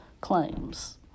claims